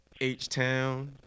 H-Town